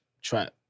trap